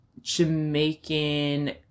Jamaican